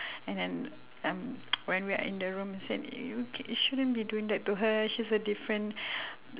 and then um when we are in the room he said you c~ shouldn't be doing that to her she's a different